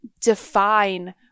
define